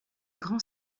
grand